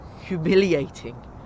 humiliating